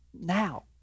now